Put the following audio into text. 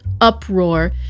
uproar